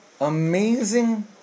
amazing